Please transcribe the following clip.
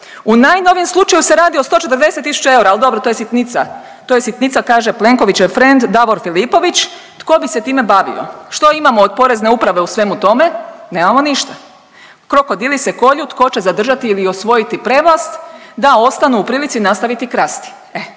U najnovijem slučaju se radi o 140 000 eura, ali dobro to je sitnica, to je sitnica kaže Plenkovićev frend Davor Filipović tko bi se time bavio. Što imamo od Porezne uprave u svemu tome? Nemamo ništa. Krokodili se kolju tko će zadržati ili osvojiti prevlast da ostanu u prilici nastaviti krasti.